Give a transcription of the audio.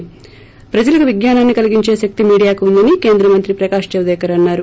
ి ప్రజలకు విజ్ఞానాన్ని కలిగించే శక్తి మీడియాకు ఉందని కేంద్ర మంత్రి ప్రకాష్ జవదేకర్ అన్నారు